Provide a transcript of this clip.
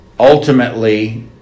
Ultimately